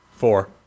Four